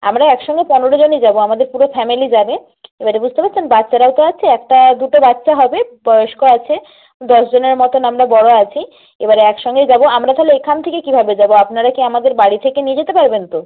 আমরা একসঙ্গে পনেরো জনই যাব আমাদের পুরো ফ্যামিলি যাবে এবারে বুঝতে পারছেন বাচ্চারাও তো আছে একটা দুটো বাচ্চা হবে বয়স্ক আছে দশ জনের মতন আমরা বড় আছি এবারে একসঙ্গেই যাব আমরা তাহলে এখান থেকে কীভাবে যাব আপনারা কি আমাদের বাড়ি থেকে নিয়ে যেতে পারবেন তো